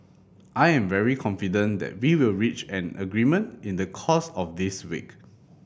I am very confident that we will reach an agreement in the course of this week